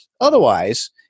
Otherwise